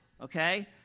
okay